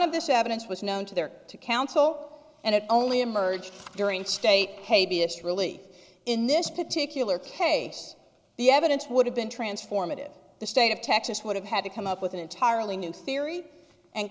of this evidence was known to their counsel and it only emerged during state k b s really in this particular case the evidence would have been transformative the state of texas would have had to come up with an entirely new theory and